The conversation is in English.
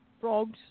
Frogs